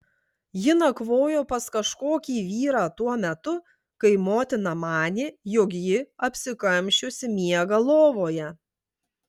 ji nakvojo pas kažkokį vyrą tuo metu kai motina manė jog ji apsikamšiusi miega lovoje